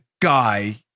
guy